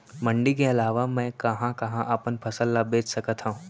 मण्डी के अलावा मैं कहाँ कहाँ अपन फसल ला बेच सकत हँव?